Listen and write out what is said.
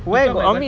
he talk like [what]